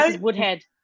woodhead